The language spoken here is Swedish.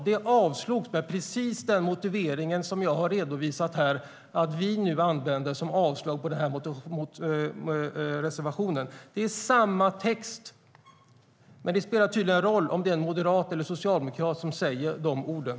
De avslogs med precis den motivering som jag har redovisat här och som vi nu använder som motivering för avslag på reservationen. Det är samma text. Det spelar tydligen roll om det är en moderat eller en socialdemokrat som säger de orden.